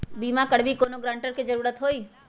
बिमा करबी कैउनो गारंटर की जरूरत होई?